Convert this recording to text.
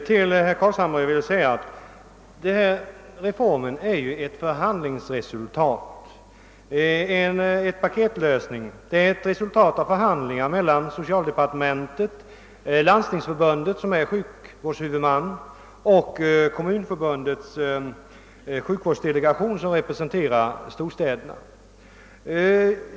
Herr talman! Jag vill påpeka för herr Carlshamre att denna reform är ett resultat av förhandlingar mellan social departementet, Landstingsförbundet, som är sjukvårdshuvudman, och Kommunförbundets sjukvårdsdelegation, som representerar storstäderna.